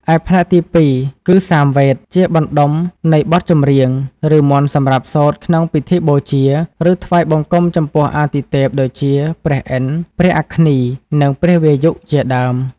ឯផ្នែកទី២ គឺសាមវេទ ជាបណ្ដុំនៃបទចម្រៀង ឬមន្តសម្រាប់សូត្រក្នុងពិធីបូជា ឬថ្វាយបង្គំចំពោះអាទិទេព ដូចជា ព្រះឥន្ទ្រ ព្រះអគ្នី និងព្រះវាយុ ជាដើម។